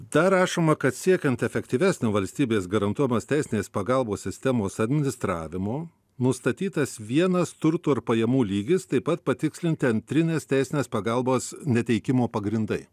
dar rašoma kad siekiant efektyvesnio valstybės garantuojamos teisinės pagalbos sistemos administravimo nustatytas vienas turto ir pajamų lygis taip pat patikslinti antrinės teisinės pagalbos neteikimo pagrindai